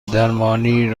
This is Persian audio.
درمانی